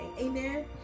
Amen